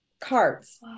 cards